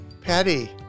Patty